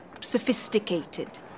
sophisticated